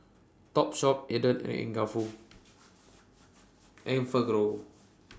Topshop Aden and Enfagrow